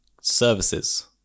services